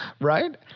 right